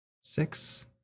six